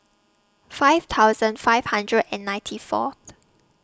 five thousand five hundred and ninety Fourth